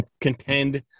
contend